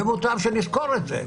ומוטב שנזכור את זה.